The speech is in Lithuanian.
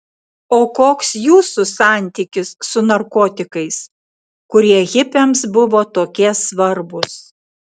o koks jūsų santykis su narkotikais kurie hipiams buvo tokie svarbūs